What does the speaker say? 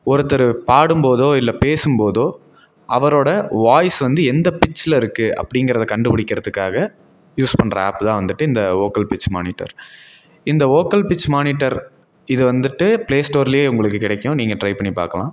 ஒருத்தர் பாடும்போதோ இல்லை பேசும்போதோ அவரோடய வாய்ஸ் வந்து எந்த பிட்ச்சில் இருக்குது அப்படிங்கறத கண்டுபிடிக்கிறத்துக்காக யூஸ் பண்ற ஆப் தான் வந்துட்டு இந்த வோக்கல் பிட்ச் மானிட்டர் இந்த வோக்கல் பிட்ச் மானிட்டர் இதை வந்துட்டு ப்ளேஸ்டோர்லேயே உங்களுக்கு கிடைக்கும் நீங்கள் ட்ரை பண்ணி பார்க்கலாம்